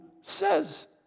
says